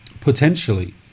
Potentially